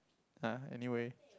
uh anyway